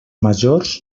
majors